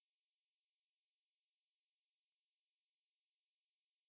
放假我要看有什么工作 then I'll go work